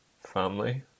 family